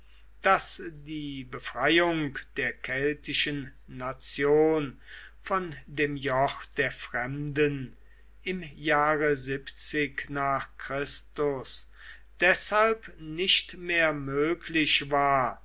daß die befreiung der keltischen nation von dem joch der fremden im jahre nach christus deshalb nicht mehr möglich war